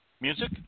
music